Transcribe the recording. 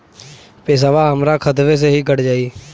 पेसावा हमरा खतवे से ही कट जाई?